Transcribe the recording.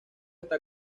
está